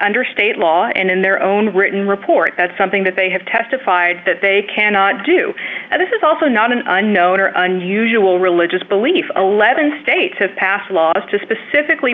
under state law and in their own written report that's something that they have testified that they cannot do and this is also not an unknown or unusual religious belief eleven states have passed laws to specifically